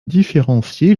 différencier